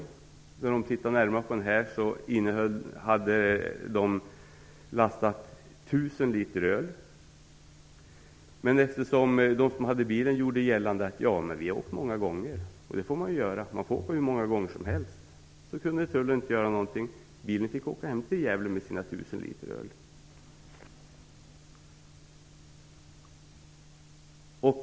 När man från tullen tittade närmare på bilen var den lastad med 1 000 liter öl. Men eftersom den som ägde bilen gjorde gällande att han hade åkt fram och tillbaka flera gånger - det är ju tillåtet att åka hur många gånger som helst - kunde tullen inte göra någonting. Så bilägaren kunde åka hem till Gävle med sina 1 000 liter öl.